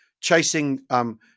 chasing